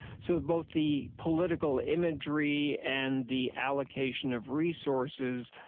so both the political imagery and the allocation of resources,